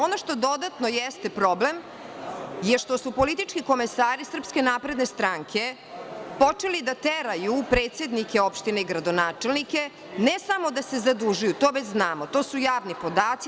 Ono što dodatno jeste problem, to je što su politički komesari SNS, počeli da teraju predsednike opština i gradonačelnike, ne samo da se zadužuju, to već znamo, to su javni podaci.